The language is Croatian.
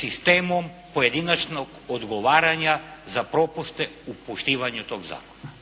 sistemom pojedinačnog odgovaranja za propuste u poštivanju tog zakona.